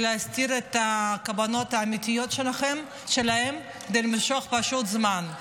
להסתיר את הכוונות האמיתיות שלה ולמשוך זמן.